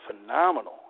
phenomenal